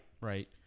Right